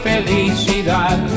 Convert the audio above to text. Felicidad